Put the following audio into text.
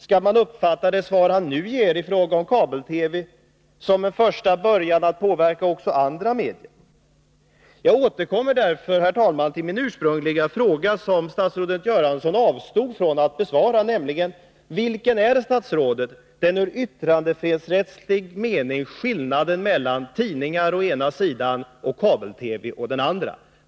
Skall man uppfatta det svar han nu ger i fråga om kabel-TV som en första början att påverka också andra medier? Jag återkommer därför, herr talman, till min ursprungliga fråga som statsrådet avstod från att besvara, nämligen: Vilken är i yttrandefrihetsrättslig mening skillnaden mellan tidningar å ena sidan och kabel-TV å den andra?